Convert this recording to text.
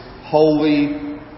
holy